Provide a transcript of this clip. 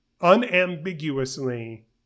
unambiguously